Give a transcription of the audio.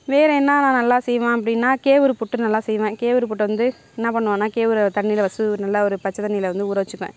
வேறு என்ன நான் நல்லா செய்வேன் அப்படினா கேவுரு புட்டு நல்லா செய்வேன் கேவுரு புட்டு வந்து என்ன பண்ணுவேன்னால் கேவுரை தண்ணியில் ஃபர்ஸ்ட் நல்லா ஒரு பச்ச தண்ணியில் வந்து ஊற வச்சுப்பேன்